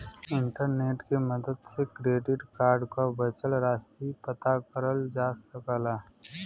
internet के मदद से क्रेडिट कार्ड क बचल राशि पता करल जा सकला